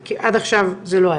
כי עד עכשיו זה לא היה.